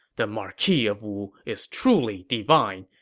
the marquis of wu is truly divine!